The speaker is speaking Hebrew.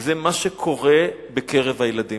וזה מה שקורה בקרב הילדים.